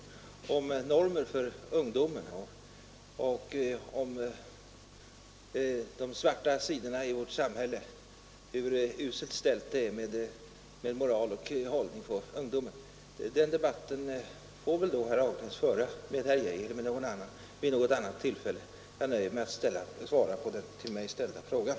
Han ville diskutera normer för ungdomen och de svarta sidorna i vårt samhälle, hur uselt ställt det är med ungdomens moral och hållning. Den debatten får väl herr Nilsson i Agnäs då föra med herr Geijer vid något annat tillfälle. Jag nöjer mig med att svara på den ställda frågan.